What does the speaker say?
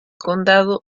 condado